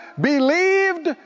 believed